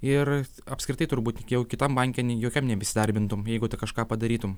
ir apskritai turbūt tik jau kitam banke nei jokiam nebeįsidarbintum jeigu tu kažką padarytum